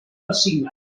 assignat